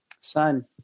son